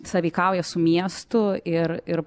sąveikauja su miestu ir ir